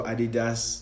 Adidas